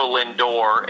Lindor